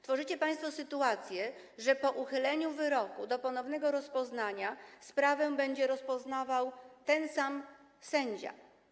Tworzycie państwo sytuację, w której po uchyleniu wyroku do ponownego rozpoznania sprawę będzie rozpoznawał ten sam sędzia.